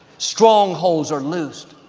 strongholds are loosed,